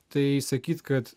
tai sakyti kad